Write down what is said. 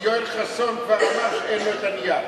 כי יואל חסון כבר אמר שאין לו הנייר.